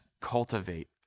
cultivate